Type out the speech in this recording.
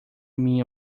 minha